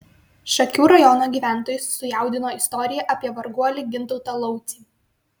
šakių rajono gyventojus sujaudino istorija apie varguolį gintautą laucį